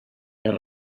les